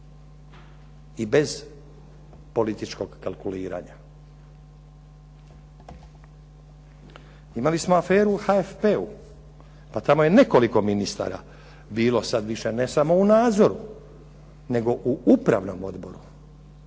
i bez političkog kalkuliranja. Imali smo aferu u HFP-u. Pa tamo je nekoliko ministara bilo sad ne samo u nadzoru nego u Upravnom odboru.